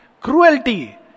Cruelty